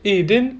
okay then